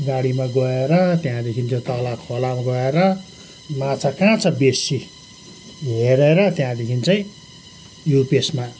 गाडीमा गएर त्यहाँदेखि चाहिँ तल खोलामा गएर माछा कहाँ छ बेसी हेरेर त्यहाँदेखि चाहिँ युपिएसमा